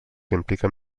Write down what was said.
impliquen